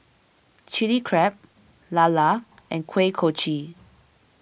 Chilli Crab Lala and Kuih Kochi